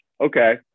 Okay